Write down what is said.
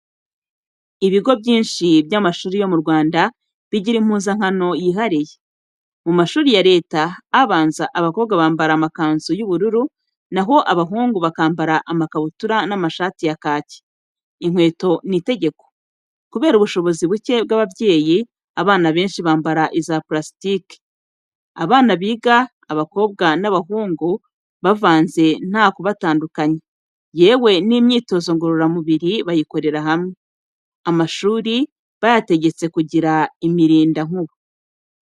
Ibigo byinshi by'amashuri yo mu Rwanda, bigira impuzankano yihariye. Mu mashuri ya Leta, abanza, abakobwa bambara amakanzu y'ubururu n'aho abahungu bakambara amakabutura n'amashati ya kaki. Inkweto ni itegeko. Kubera ubushobozi bucye bw'ababyeyi, abana benshi bambara iza plasitike. Abana biga abakobwa n'abahungu bavanze nta kubatandukanya, yewe n'imyitozo ngororamubiri bayikorera hamwe. Amashuri bayategetse kugira imirinda nkuba.